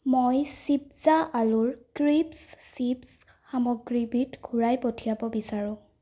মই চিপ্জা আলুৰ ক্ৰিস্পছ চিপ্ছ সামগ্ৰীবিধ ঘূৰাই পঠিয়াব বিচাৰো